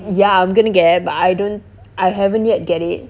ya I'm going to get it but I don't I haven't yet get it